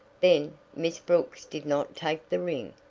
then, miss brooks did not take the ring?